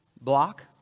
block